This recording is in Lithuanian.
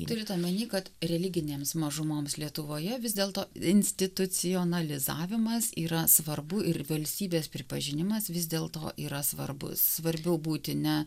turint omeny kad religinėms mažumoms lietuvoje vis dėl to institucionalizavimas yra svarbu ir valstybės pripažinimas vis dėlto yra svarbus svarbiau būti ne